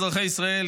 אזרחי ישראל,